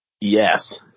Yes